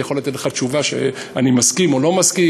אני יכול לתת לך תשובה שאני מסכים או לא מסכים,